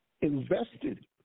invested